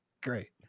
great